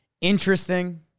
interesting